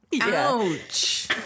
ouch